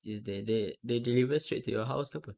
ya standard they deliver straight to your house ke apa